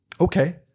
Okay